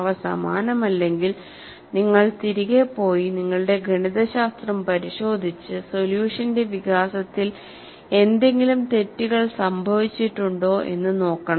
അവ സമാനമല്ലെങ്കിൽ നിങ്ങൾ തിരികെ പോയി നിങ്ങളുടെ ഗണിതശാസ്ത്രം പരിശോധിച്ച് സൊല്യൂഷന്റെ വികാസത്തിൽ എന്തെങ്കിലും തെറ്റുകൾ സംഭവിച്ചിട്ടുണ്ടോ എന്ന് നോക്കണം